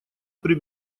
при